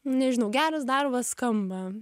nežinau geras darbas skamba